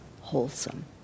wholesome